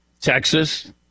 Texas